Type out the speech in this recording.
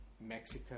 Mexico